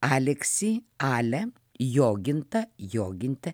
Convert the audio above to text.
aleksei ale joginta jogintė